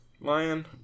Lion